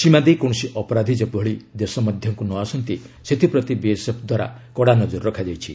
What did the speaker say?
ସୀମା ଦେଇ କୌଣସି ଅପରାଧୀ ଯେପରି ଦେଶ ମଧ୍ୟକୁ ନ ଆସନ୍ତି ସେଥିପ୍ରତି ବିଏସ୍ଏଫ୍ ଦ୍ୱାରା କଡ଼ା ନଜର ରଖାଯାଇଛି